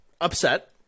upset